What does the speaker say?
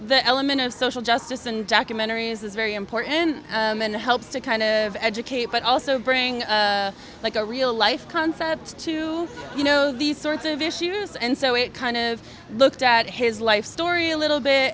the element of social justice and documentaries is very important and helps to kind of educate but also bring like a real life concept to you know these sorts of issues and so it kind of looked at his life story a little bit